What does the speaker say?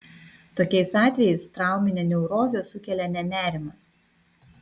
tokiais atvejais trauminę neurozę sukelia ne nerimas